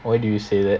why do you say that